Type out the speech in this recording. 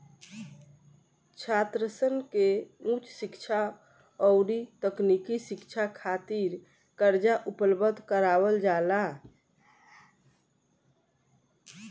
छात्रसन के उच शिक्षा अउरी तकनीकी शिक्षा खातिर कर्जा उपलब्ध करावल जाला